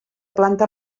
planta